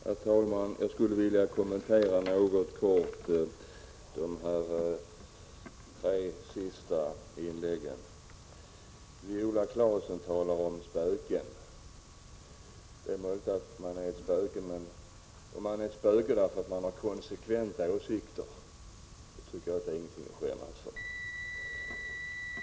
Herr talman! Jag skulle kort vilja kommentera de tre sista inläggen. Viola Claesson talar om spöken. Men om man är ett spöke därför att man har konsekventa åsikter tycker jag inte det är någonting att skämmas för.